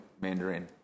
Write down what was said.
Mandarin